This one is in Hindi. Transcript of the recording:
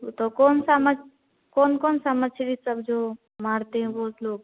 ऊ तो कौन सा मछ कौन कौन सा मछली सब जो मारते हैं वे लोग